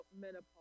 menopause